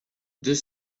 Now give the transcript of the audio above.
deux